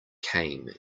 came